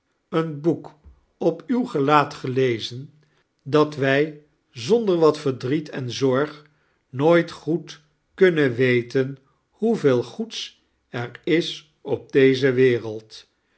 een boek op uw gelaat gelezen dat wij zonder wat verdriet en zorg nooit goed kunnen weten hoeveel goeds er is op deze wereld